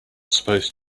supposed